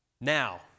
Now